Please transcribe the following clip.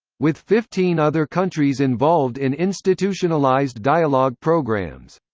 with fifteen other countries involved in institutionalized dialogue programs.